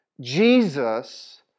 Jesus